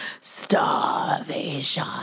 Starvation